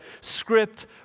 script